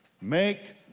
Make